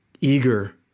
eager